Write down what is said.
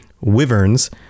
wyverns